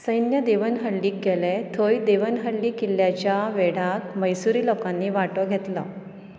सैन्य देवनहल्लीक गेले थंय देवनहल्ली किल्ल्याच्या वेढाक मैसुरी लोकांनी वांटो घेतला